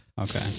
Okay